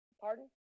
pardon